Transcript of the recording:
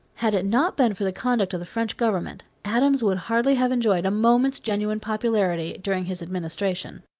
had it not been for the conduct of the french government, adams would hardly have enjoyed a moment's genuine popularity during his administration.